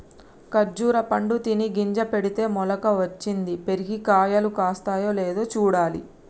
ఖర్జురా పండు తిని గింజ పెడితే మొలక వచ్చింది, పెరిగి కాయలు కాస్తాయో లేదో చూడాలి